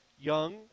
young